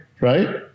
Right